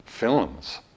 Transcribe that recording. films